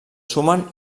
sumen